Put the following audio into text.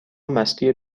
مستی